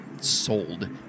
sold